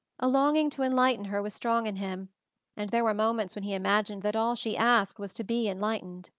a longing to enlighten her was strong in him and there were moments when he imagined that all she asked was to be enlightened.